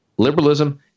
Liberalism